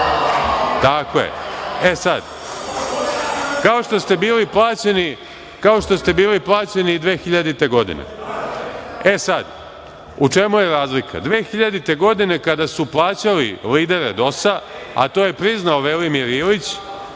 Srbije, kao što ste bili plaćeni i 2000. godine. E, sad, u čemu je razlika? Naime, 2000. godine, kada su plaćali lidere DOS-a, a to je priznao Velimir Ilić,